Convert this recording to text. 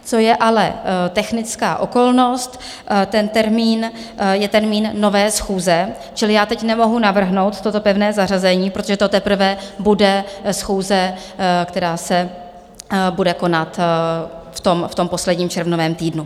Co je ale technická okolnost, ten termín je termín nové schůze, čili já teď nemohu navrhnout toto pevné zařazení, protože to teprve bude schůze, která se bude konat v posledním červnovém týdnu.